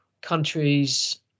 Countries